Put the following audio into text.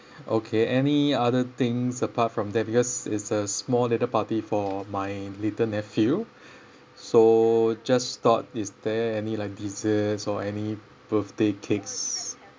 okay any other things apart from that because it's a small little party for my little nephew so just thought is there any like desserts or any birthday cakes